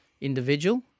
individual